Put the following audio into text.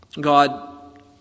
God